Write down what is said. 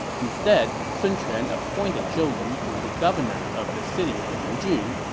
instead, sun quan appointed zhou yu to the governor of the city of nanjun,